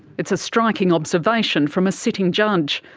it's a striking observation from a sitting judge.